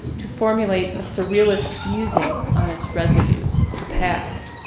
to formulate a surrealist musing on its residues of the past.